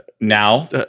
now